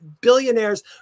Billionaires